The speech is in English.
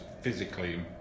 physically